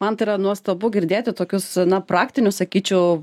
man tai yra nuostabu girdėti tokius praktinius sakyčiau